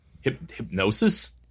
Hypnosis